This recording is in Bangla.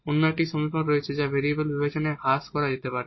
অন্যটি এমন সমীকরণ রয়েছে যা ভেরিয়েবলের বিভাজনে হ্রাস করা যেতে পারে